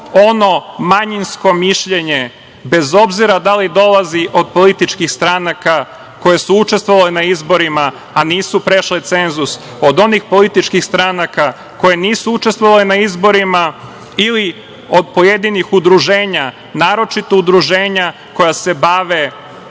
ono manjinsko mišljenje, bez obzira da li dolazi od političkih stranaka koje su učestvovale na izborima a nisu prešle cenzus, od onih političkih stranaka koje nisu učestvovale na izborima ili od pojedinih udruženja, naročito udruženja koja se bave